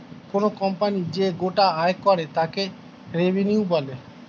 কোনো কোম্পানি যে গোটা আয় করে তাকে রেভিনিউ বলে